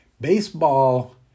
Baseball